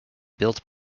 built